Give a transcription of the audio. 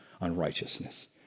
unrighteousness